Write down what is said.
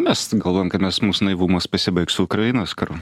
mes galvojam kad mes mūsų naivumas pasibaigs su ukrainos karu